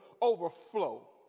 overflow